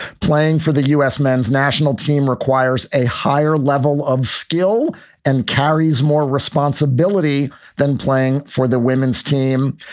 playing for the u s. men's national team requires a higher level of skill and carries more responsibility than playing for the women's team.